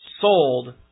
sold